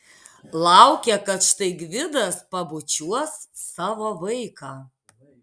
laukė kad štai gvidas pabučiuos savo vaiką